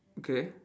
okay